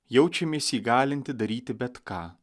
jaučiamės įgalinti daryti bet ką